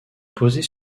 posées